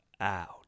out